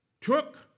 took